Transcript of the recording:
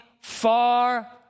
far